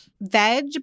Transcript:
veg